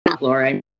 Laura